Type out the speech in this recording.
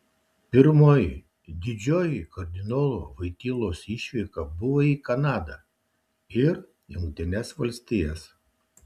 pirmoji didžioji kardinolo voitylos išvyka buvo į kanadą ir jungtines valstijas